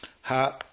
ha